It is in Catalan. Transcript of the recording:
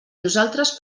nosaltres